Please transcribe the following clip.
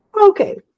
Okay